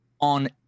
on